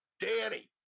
Danny